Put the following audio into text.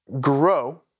grow